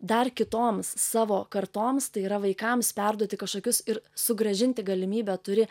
dar kitoms savo kartoms tai yra vaikams perduoti kažkokius ir sugrąžinti galimybę turi